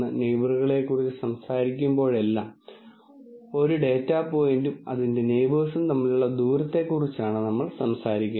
ഒരു ക്ലാസ് 1 ആയിരിക്കാം ഇവയെല്ലാം ക്ലാസ് 2 ആയിരിക്കാം ഈ ഡാറ്റാ പോയിന്റുകൾ തരംതിരിക്കുന്നതിന് ഒരു രേഖയോ ഒരു പ്ലെയിനോ ഹൈപ്പർ പ്ലെയിനോ ഉപയോഗിക്കാം